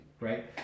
Right